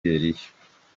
liberia